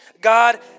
God